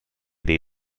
dei